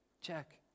Check